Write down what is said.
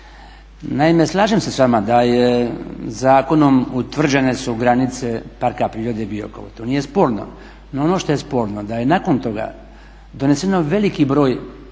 Naime, slažem se s vama da zakonom utvrđene su granice Parka prirode Biokovo, to nije sporno, no što je sporno da je nakon toga doneseno veliki broj